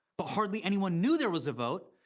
but hardly anyone knew there was a vote,